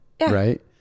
right